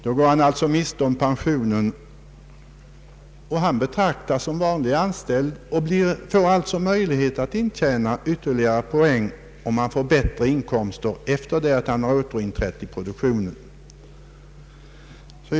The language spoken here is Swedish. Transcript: Då går han alltså miste om pensionen och betraktas som en vanlig anställd och får möjlighet att intjäna yt terligare poäng på de bättre inkomster han fått efter den tidigare inkomstberäkningen, vilken legat till grund för förtidspensioneringen.